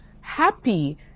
happy